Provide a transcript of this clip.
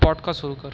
podcast सुरु कर